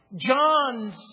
John's